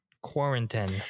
Quarantine